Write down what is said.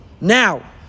Now